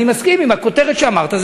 אני מסכים עם הכותרת שאמרת,